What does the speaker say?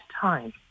time